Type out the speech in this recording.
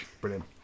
brilliant